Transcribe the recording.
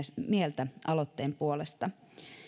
mieltä aloitteen puolesta